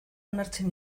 onartzen